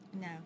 No